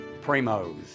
Primo's